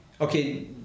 okay